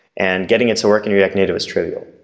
and getting it to work in react native is trivial.